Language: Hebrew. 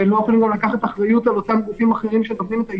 וגם לא יכולים לקחת אחריות על אותם גופים אחרים שנותנים את האישורים.